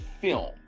film